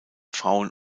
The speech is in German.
frauen